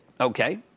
Okay